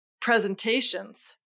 presentations